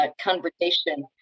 Conversation